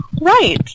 Right